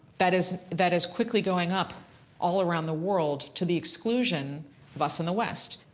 that is, that is quickly going up all around the world to the exclusion of us in the west.